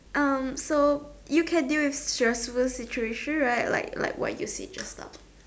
um so you can deal with stressful situation right like like what you said just now